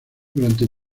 durante